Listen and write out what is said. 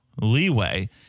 leeway